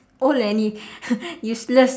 old and you useless